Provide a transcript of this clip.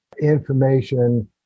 information